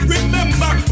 Remember